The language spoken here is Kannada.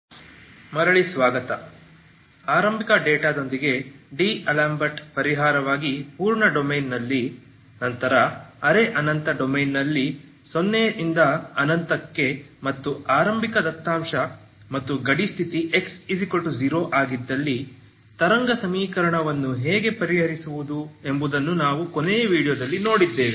ಅರೆ ಅನಂತ ದಾರದ ಕಂಪನ ಮರಳಿ ಸ್ವಾಗತ ಆರಂಭಿಕ ಡೇಟಾದೊಂದಿಗೆ ಡಿಅಲೆಂಬರ್ಟ್ನD'Lambert's ಪರಿಹಾರವಾಗಿ ಪೂರ್ಣ ಡೊಮೇನ್ನಲ್ಲಿ ನಂತರ ಅರೆ ಅನಂತ ಡೊಮೇನ್ನಲ್ಲಿ 0 ರಿಂದ ಅನಂತಕ್ಕೆ ಮತ್ತು ಆರಂಭಿಕ ದತ್ತಾಂಶ ಮತ್ತು ಗಡಿ ಸ್ಥಿತಿ x 0 ಆಗಿದ್ದಲ್ಲಿ ತರಂಗ ಸಮೀಕರಣವನ್ನು ಹೇಗೆ ಪರಿಹರಿಸುವುದು ಎಂಬುದನ್ನು ನಾವು ಕೊನೆಯ ವಿಡಿಯೋದಲ್ಲಿ ನೋಡಿದ್ದೇವೆ